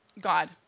God